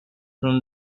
from